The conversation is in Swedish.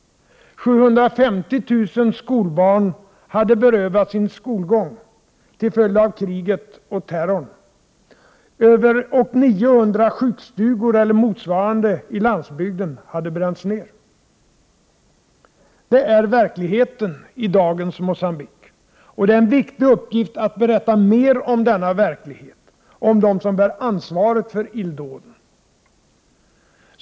750 000 skolbarn hade berövats sin skolgång, till följd av kriget och terrorn. 900 sjukstugor eller motsvarande i landsbygden hade bränts ned. Det är verkligheten i dagens Mogambique. Det är en viktig uppgift att berätta mer om denna verklighet, och om dem som bär ansvaret för illdåden.